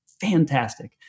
fantastic